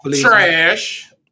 Trash